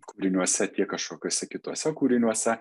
kūriniuose tiek kažkokiuose kituose kūriniuose